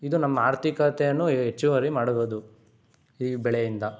ಇದು ನಮ್ಮ ಆರ್ಥಿಕತೆಯನ್ನು ಹೆಚ್ಚುವರಿ ಮಾಡುವುದು ಈ ಬೆಳೆಯಿಂದ